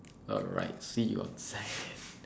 alright see you outside